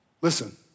Listen